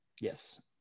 Yes